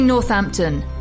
Northampton